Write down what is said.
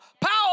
power